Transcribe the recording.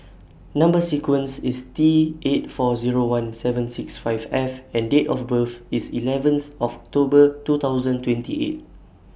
Number sequence IS T eight four Zero one seven six five F and Date of birth IS eleventh October two thousand twenty eight